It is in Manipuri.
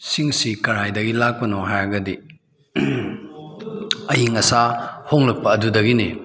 ꯁꯤꯡꯁꯤ ꯀꯗꯥꯏꯗꯒꯤ ꯂꯥꯛꯄꯅꯣ ꯍꯥꯏꯔꯒꯗꯤ ꯑꯏꯪ ꯑꯁꯥ ꯍꯣꯡꯂꯛꯄ ꯑꯗꯨꯗꯒꯤꯅꯤ